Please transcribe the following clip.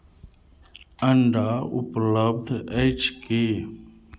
अण्डा उपलब्ध अछि की